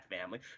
family